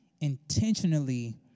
intentionally